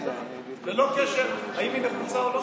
ללא קשר אם היא נחוצה או לא נחוצה.